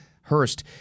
Hurst